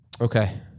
Okay